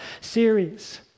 series